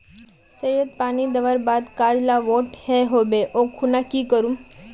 सरिसत पानी दवर बात गाज ला बोट है होबे ओ खुना की करूम?